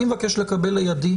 אני מבקש לקבל לידי,